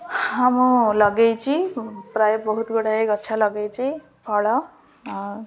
ହଁ ମୁଁ ଲଗେଇଛି ପ୍ରାୟ ବହୁତ ଗୁଡ଼ାଏ ଗଛ ଲଗେଇଛି ଫଳ ଆଉ